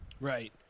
Right